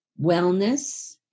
wellness